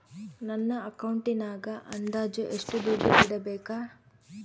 ನನ್ನ ಅಕೌಂಟಿನಾಗ ಅಂದಾಜು ಎಷ್ಟು ದುಡ್ಡು ಇಡಬೇಕಾ?